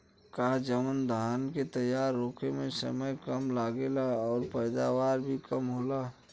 का जवन धान के तैयार होखे में समय कम लागेला ओकर पैदवार भी कम होला?